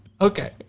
Okay